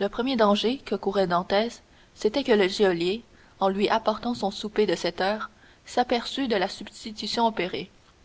le premier danger que courait dantès c'était que le geôlier en lui apportant son souper de sept heures s'aperçût de la substitution opérée